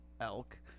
Elk